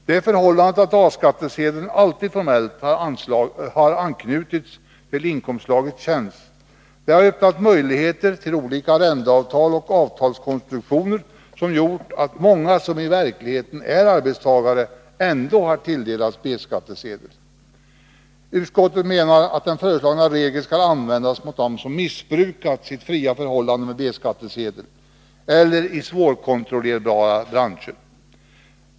Det förhållandet att A-skattesedeln alltid formellt har anknutits till inkomstslaget tjänst har öppnat möjligheter till olika arrendeavtal och avtalskonstruktioner som gjort att många som i verkligheten är arbetstagare ändå tilldelats B-skattesedel. Utskottet menar att den föreslagna regeln skall användas mot dem som missbrukat sitt friare förhållande med B-skattesedeln eller i svårkontrollerbara branscher.